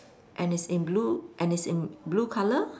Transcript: and it's in blue and it's in blue color